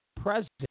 president